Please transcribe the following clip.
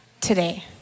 today